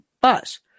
bus